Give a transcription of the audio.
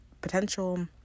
potential